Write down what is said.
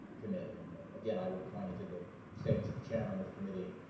committee. and again, i would point you to the statements of the chairman of the committee